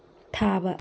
ꯊꯥꯕ